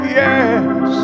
yes